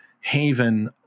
haven